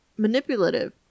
manipulative